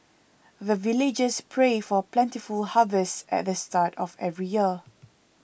the villagers pray for plentiful harvest at the start of every year